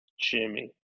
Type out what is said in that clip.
Jimmy